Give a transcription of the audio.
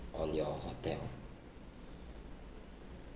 on your hotel